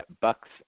Bucks